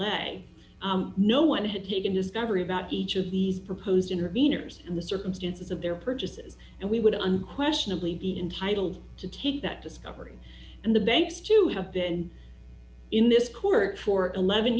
lay no one had taken his governor about each of these proposed intervenors and the circumstances of their purchases and we would unquestionably be entitled to take that discovery and the banks to have been in this court for eleven